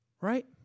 Right